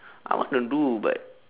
I want to do but